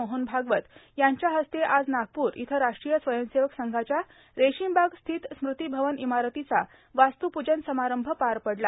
मोहन भागवत यांच्या हस्ते आज नागप्र इथं राष्ट्रीय स्वयंसेवक संघाच्या रेशीमबाग स्थित स्मृती भवन इमारतीचा वास्तूप्जन समारंभ पार पडला